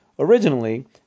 Originally